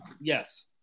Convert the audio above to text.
Yes